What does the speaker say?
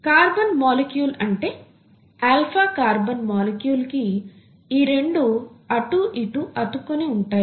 carbon molecule అంటే alpha carbon molecule కి ఈ రెండు అటు ఇటు అతుక్కొని ఉంటాయి